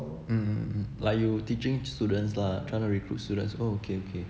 mm mm mm like you teaching students lah trying to recruit students oh okay okay